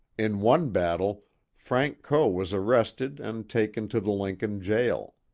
in one battle frank coe was arrested and taken to the lincoln jail.